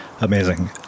amazing